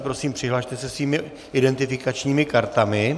Prosím přihlaste se svými identifikačního kartami.